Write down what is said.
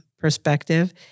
perspective